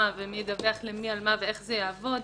ומי ידווח למי על מה ואיך זה יעבוד,